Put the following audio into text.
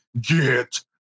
get